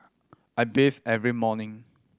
I bathe every morning